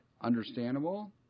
understandable